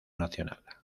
nacional